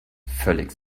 völlig